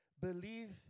believe